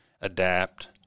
adapt